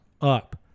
up